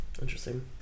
Interesting